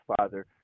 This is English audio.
father